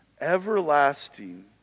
Everlasting